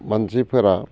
मानसिफोरा